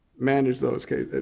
managed those cases.